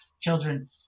children